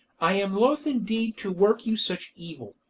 i am loth indeed to work you such evil.